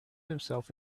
himself